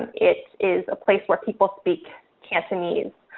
it is a place where people speak cantonese.